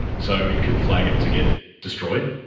so it could flag it to get destroyed,